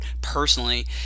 personally